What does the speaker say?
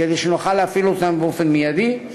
כדי שנוכל להפעיל אותם באופן מיידי.